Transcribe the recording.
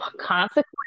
Consequence